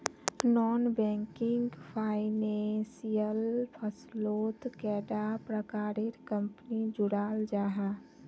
Non banking financial फसलोत कैडा प्रकारेर कंपनी जुराल जाहा?